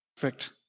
perfect